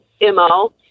MO